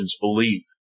believe